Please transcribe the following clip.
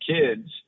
kids